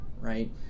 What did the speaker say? right